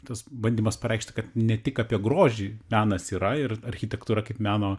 tas bandymas pareikšt kad ne tik apie grožį menas yra ir architektūra kaip meno